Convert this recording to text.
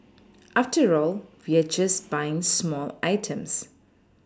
after all we're just buying small items